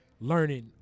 learning